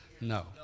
No